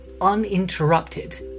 uninterrupted